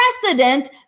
precedent